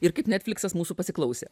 ir kaip netfliksas mūsų pasiklausė